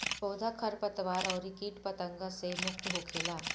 पौधा खरपतवार अउरी किट पतंगा से मुक्त होखेला